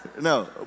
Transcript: no